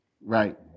right